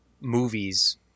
movies